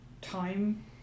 time